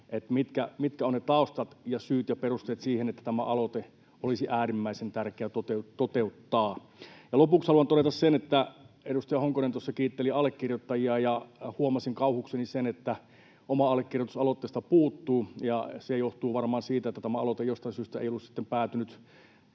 sen, mitkä ovat ne taustat ja syyt ja perusteet siihen, että tämä aloite olisi äärimmäisen tärkeää toteuttaa. Lopuksi haluan todeta, että kun edustaja Honkonen tuossa kiitteli allekirjoittajia, huomasin kauhukseni, että oma allekirjoitus aloitteesta puuttuu, ja se johtuu varmaan siitä, että tämä aloite jostain syystä ei ollut sitten päätynyt